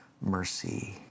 mercy